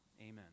Amen